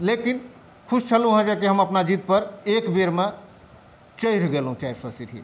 लेकिन खुश छलहुँ जे हम अपना ज़िदपर एक बेरमे चढ़ि गेलहुँ चारि सओ सीढ़ी